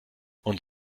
und